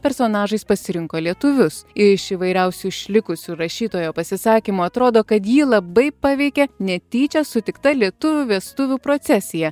personažais pasirinko lietuvius iš įvairiausių išlikusių rašytojo pasisakymo atrodo kad jį labai paveikė netyčia sutikta lietuvių vestuvių procesija